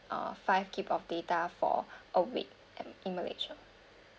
uh five GB of data for a week in malaysia